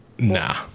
Nah